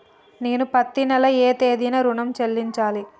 నేను పత్తి నెల ఏ తేదీనా ఋణం చెల్లించాలి?